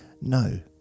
No